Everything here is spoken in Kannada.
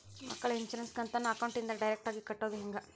ಮಕ್ಕಳ ಇನ್ಸುರೆನ್ಸ್ ಕಂತನ್ನ ಅಕೌಂಟಿಂದ ಡೈರೆಕ್ಟಾಗಿ ಕಟ್ಟೋದು ಹೆಂಗ?